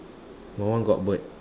my one got bird